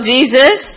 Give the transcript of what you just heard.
Jesus